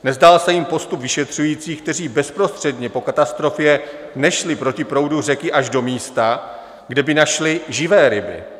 Nezdál se jim postup vyšetřujících, kteří bezprostředně po katastrofě nešli proti proudu řeky až do místa, kde by našli živé ryby.